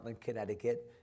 Connecticut